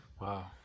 Wow